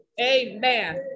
Amen